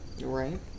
Right